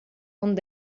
one